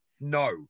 No